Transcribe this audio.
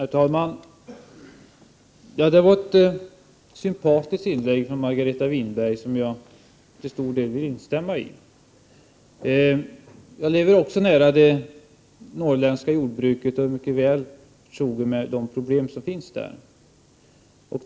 Herr talman! Det var ett sympatiskt anförande som Margareta Winberg höll och som jag till stor del vill instämma i. Jag lever också nära det norrländska jordbruket och är väl förtrogen med de problem man har där.